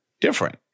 different